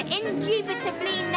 indubitably